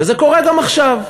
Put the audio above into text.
וזה קורה גם עכשיו,